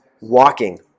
walking